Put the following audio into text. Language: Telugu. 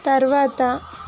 తర్వాత